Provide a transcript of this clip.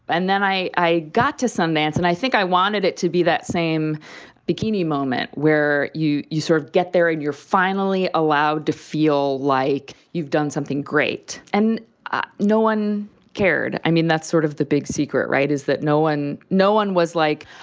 and then i i got to sundance and i think i wanted it to be that same bikini moment where you you sort of get there and you're finally allowed to feel like you've done something great. and ah no one cared. i mean, that's sort of the big secret, right, is that no one no one was like,